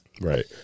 Right